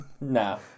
No